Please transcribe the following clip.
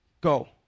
Go